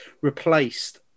replaced